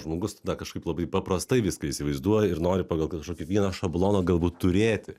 žmogus na kažkaip labai paprastai viską įsivaizduoja ir nori pagal kažkokį vieną šabloną galbūt turėti